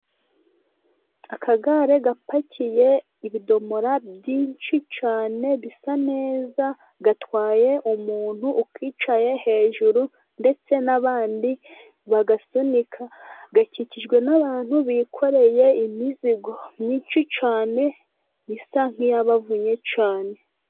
Akagare gapakiye ibidomoro byinshi cyane bisa neza, gatwaye umuntu ukicaye hejuru ndetse n'abandi bagasunika, gakikijwe n'abantu bikoreye imizigo myinshi cyane, isa nk'iya bavunye cyane.